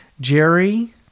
Jerry